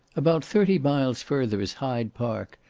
about thirty miles further is hyde park,